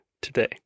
today